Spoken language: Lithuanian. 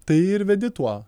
tai ir vedi tuo